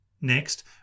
Next